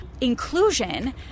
inclusion